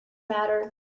matter